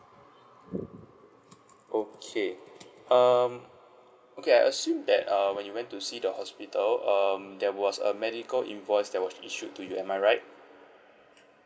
okay um okay I assume that uh when you went to see the hospital um there was a medical invoice that was issued to you am I right